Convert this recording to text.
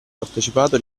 partecipato